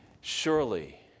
Surely